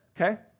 okay